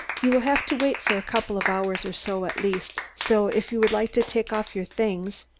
you will have to wait for a couple of hours or so, at least, so if you would like to take off your things?